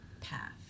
path